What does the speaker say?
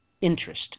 interest